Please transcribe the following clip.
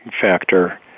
factor